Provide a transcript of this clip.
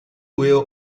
will